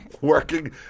Working